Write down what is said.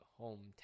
hometown